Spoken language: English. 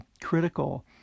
critical